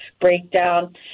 breakdown